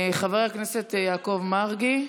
חבר הכנסת יעקב מרגי.